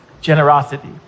generosity